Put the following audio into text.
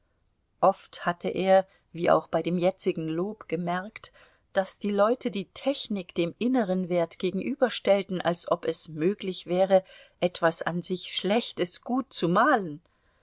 oft hatte er wie auch bei dem jetzigen lob gemerkt daß die leute die technik dem inneren wert gegenüberstellten als ob es möglich wäre etwas an sich schlechtes gut zu malen